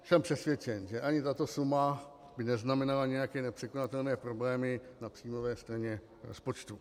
Jsem přesvědčen, že ani tato suma by neznamenala nějaké nepřekonatelné problémy na příjmové straně rozpočtu.